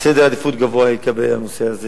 הנושא הזה